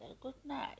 goodnight